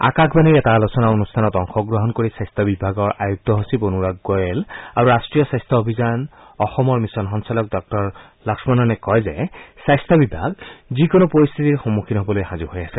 আকাশবাণীৰ এটা আলোচনা অনুষ্ঠানত অংশগ্ৰহণ কৰি স্বাস্থ্য বিভাগৰ আয়ুক্ত সচিব অনুৰাগ গোৱেল আৰু ৰাষ্ট্ৰীয় স্বাস্থ্য অভিযান অসমৰ মিছন সঞ্চালক ডাঃ লক্ষ্মণনে কয় যে স্বাস্থ্য বিভাগ যিকোনো পৰিস্থিতিৰ সন্মখীন হ'বলৈ সাজু হৈ আছে